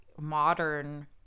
modern